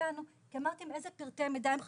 כי אמרתם איזה פרטי מידע הם חשובים.